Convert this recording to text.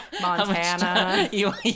Montana